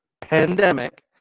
pandemic